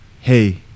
hey